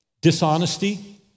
dishonesty